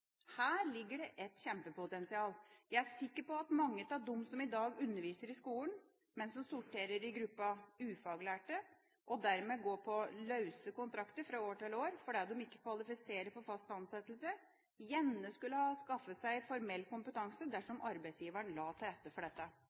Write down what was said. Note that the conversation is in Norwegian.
Her ligger et kjempepotensial. Jeg er sikker på at mange av dem som i dag underviser i skolen, men som sorterer under gruppen «ufaglærte» og dermed går på «løse» kontrakter fra år til år fordi de ikke kvalifiserer for fast ansettelse, gjerne skulle ha skaffet seg formell kompetanse dersom arbeidsgiveren la til rette for dette.